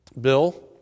bill